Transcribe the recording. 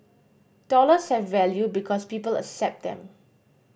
dollars have value because people accept them